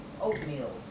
oatmeal